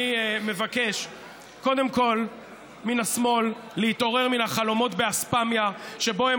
אני מבקש קודם כול מן השמאל להתעורר מן החלומות באספמיה שבהם